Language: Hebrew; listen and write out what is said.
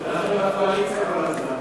אנחנו בקואליציה כל הזמן.